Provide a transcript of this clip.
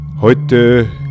Heute